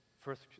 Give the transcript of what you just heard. first